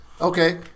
Okay